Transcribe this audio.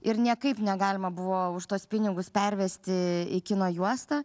ir niekaip negalima buvo už tuos pinigus pervesti į kino juostą